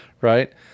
right